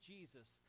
Jesus